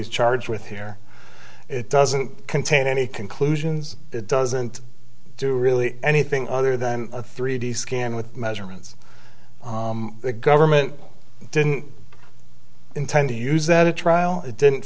's charged with here it doesn't contain any conclusions it doesn't do really anything other than a three d scan with measurements the government didn't intend to use that a trial didn't